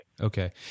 Okay